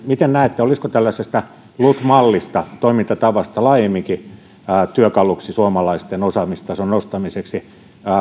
miten näette olisiko tällaisesta lut mallista toimintatavasta laajemminkin työkaluksi suomalaisten osaamistason nostamiseksi